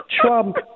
Trump